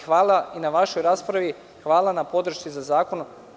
Hvala i na vašoj raspravi, hvala na podršci na zakon.